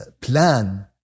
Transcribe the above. plan